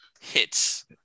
hits